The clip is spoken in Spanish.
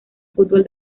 fútbol